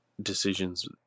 decisions